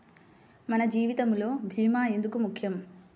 మన జీవితములో భీమా ఎందుకు ముఖ్యం?